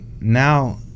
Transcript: now